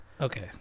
Okay